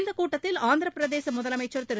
இந்தக் கூட்டத்தில் ஆந்திரப்பிரதேச முதலமைச்சர் திரு